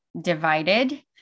divided